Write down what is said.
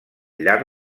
llarg